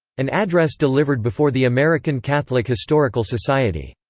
an address delivered before the american catholic historical society